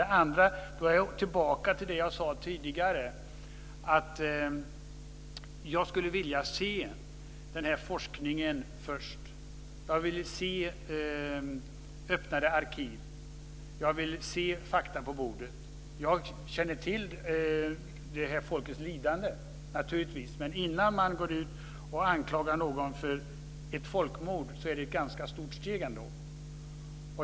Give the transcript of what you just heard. Det andra är det jag sade tidigare, att jag skulle vilja se forskningen först. Jag vill se öppnade arkiv. Jag vill se fakta på bordet. Jag känner naturligtvis till det här folkets lidande, men att gå ut och anklaga någon för ett folkmord är ett ganska stort steg.